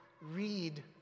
read